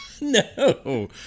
no